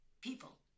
people